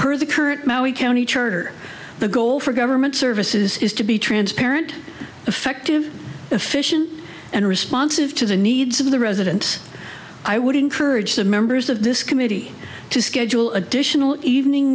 per the current county charter the goal for government services is to be transparent effective efficient and responsive to the needs of the residents i would encourage the members of this committee to schedule additional evening